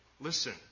Listen